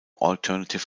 alternative